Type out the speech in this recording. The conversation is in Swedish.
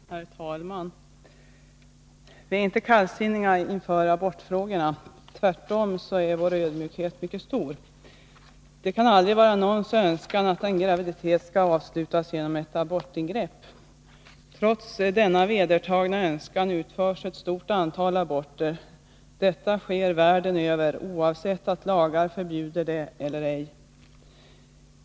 Herr talman! Vi är inte kallsinniga inför abortfrågorna. Tvärtom är vår ödmjukhet mycket stor. Det kan aldrig vara någons önskan att en graviditet skall avslutas genom ett abortingrepp. Trots detta vedertagna faktum utförs ett stort antal aborter. Detta sker världen över, oavsett om lagar förbjuder det eller ej.